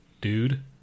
dude